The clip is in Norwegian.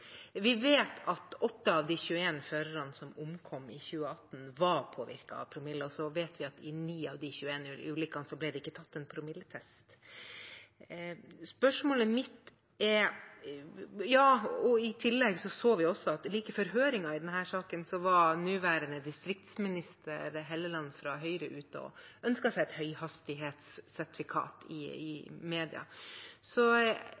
Vi vet at 8 av de 21 førerne som omkom i 2018, var påvirket av promille. Vi vet også at i 9 av de 21 ulykkene ble det ikke tatt noen promilletest. I tillegg så vi også at like før høringen i denne saken var nåværende distriktsminister Helleland fra Høyre ute i mediene og ønsket seg et høyhastighetssertifikat. Så jeg lurer litt på: Hvorfor er det ikke fremmet forslag i